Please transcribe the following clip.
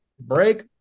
break